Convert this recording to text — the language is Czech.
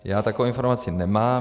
Já takovou informaci nemám.